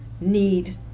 need